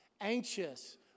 Anxious